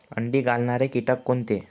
अंडी घालणारे किटक कोणते?